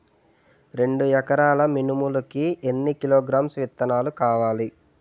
రెండు ఎకరాల మినుములు కి ఎన్ని కిలోగ్రామ్స్ విత్తనాలు కావలి?